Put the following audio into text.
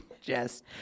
Jess